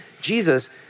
Jesus